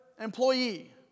employee